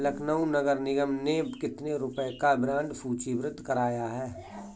लखनऊ नगर निगम ने कितने रुपए का बॉन्ड सूचीबद्ध कराया है?